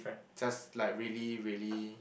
just like really really